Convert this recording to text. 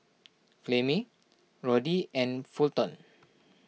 Clemmie Roddy and Fulton